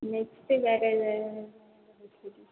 next வேறு எதாவது